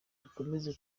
dukomeje